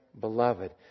beloved